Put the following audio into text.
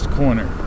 corner